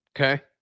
Okay